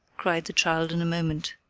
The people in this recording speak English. cried the child in a moment.